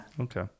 Okay